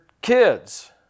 kids